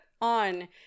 On